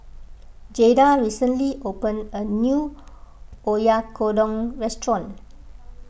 Jaida recently opened a new Oyakodon restaurant